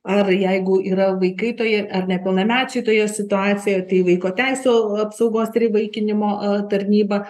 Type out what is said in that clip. ar jeigu yra vaikai toje ar nepilnamečiui toje situacijoje tai vaiko teisių apsaugos ir įvaikinimo tarnyba